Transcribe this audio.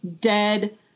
dead